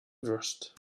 worst